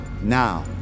now